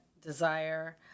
desire